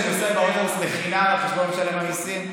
שאני נוסע באוטובוס בחינם על חשבון משלם המיסים?